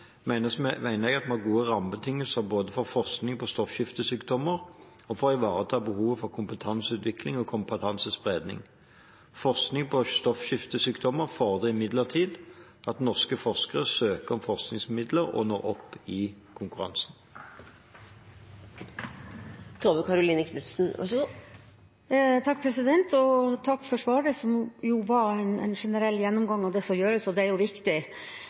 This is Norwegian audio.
at vi har gode rammebetingelser både for forskning på stoffskiftesykdommer og for å ivareta behovet for kompetanseutvikling og kompetansespredning. Forskning på stoffskiftesykdommer fordrer imidlertid at norske forskere søker om forskningsmidler og når opp i konkurransen. Takk for svaret, som var en generell gjennomgang av det som gjøres, og det er viktig.